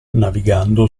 navigando